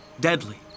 deadly